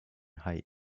height